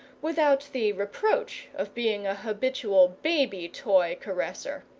without the reproach of being a habitual baby toy-caresser.